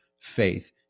faith